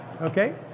okay